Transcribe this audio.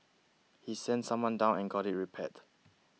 he sent someone down and got it repaired